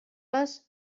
les